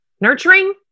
nurturing